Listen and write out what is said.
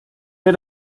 wir